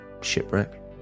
Shipwreck